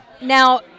Now